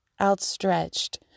outstretched